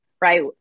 right